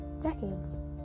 decades